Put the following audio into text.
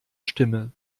stimme